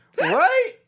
Right